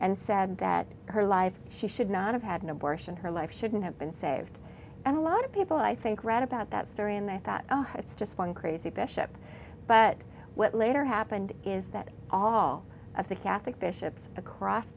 and said that her life she should not and had an abortion her life shouldn't have been saved and a lot of people i think read about that story and i thought oh it's just one crazy bishop but what later happened is that all of the catholic bishops across